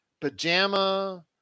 pajama